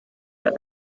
that